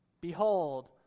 Behold